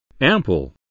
Ample